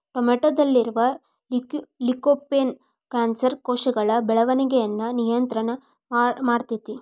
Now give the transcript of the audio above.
ಟೊಮೆಟೊದಲ್ಲಿರುವ lycopene cancer ಕೋಶಗಳ ಬೆಳವಣಿಗಯನ್ನ ನಿಯಂತ್ರಣ ಮಾಡ್ತೆತಿ